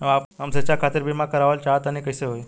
हम शिक्षा खातिर बीमा करावल चाहऽ तनि कइसे होई?